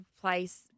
place –